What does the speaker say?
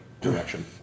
direction